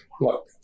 Look